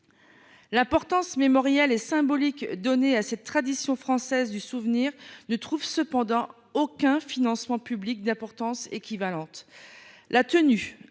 L’importance mémorielle et symbolique donnée à cette tradition française du souvenir ne trouve cependant aucun financement public d’importance équivalente. Très bien